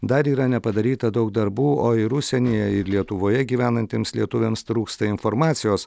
dar yra nepadaryta daug darbų o ir užsienyje ir lietuvoje gyvenantiems lietuviams trūksta informacijos